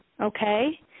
okay